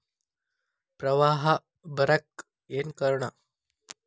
ಪ್ರವಾಹ ಬರಾಕ್ ಏನ್ ಕಾರಣ?